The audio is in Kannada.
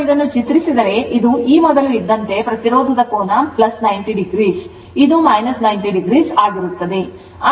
ಈಗ ಇದನ್ನು ಚಿತ್ರಿಸಿದರೆ ಇದು ಈ ಮೊದಲು ಇದ್ದಂತೆ ಪ್ರತಿರೋಧದ ಕೋನ 90o ಇದು 90o ಆಗಿರುತ್ತದೆ